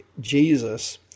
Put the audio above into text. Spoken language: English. Jesus